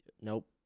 Nope